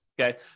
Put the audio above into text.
okay